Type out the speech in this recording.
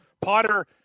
Potter